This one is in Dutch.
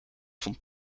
vond